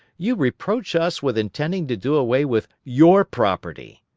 you reproach us with intending to do away with your property.